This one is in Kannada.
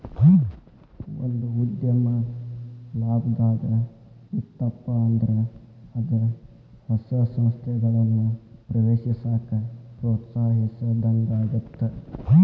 ಒಂದ ಉದ್ಯಮ ಲಾಭದಾಗ್ ಇತ್ತಪ ಅಂದ್ರ ಅದ ಹೊಸ ಸಂಸ್ಥೆಗಳನ್ನ ಪ್ರವೇಶಿಸಾಕ ಪ್ರೋತ್ಸಾಹಿಸಿದಂಗಾಗತ್ತ